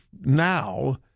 now